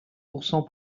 pourcent